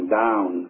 down